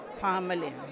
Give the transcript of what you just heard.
family